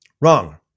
Wrong